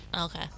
Okay